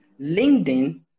LinkedIn